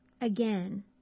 Again